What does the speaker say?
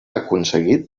aconseguit